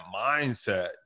mindset